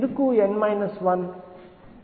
ఎందుకు N 1